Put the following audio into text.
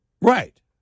Right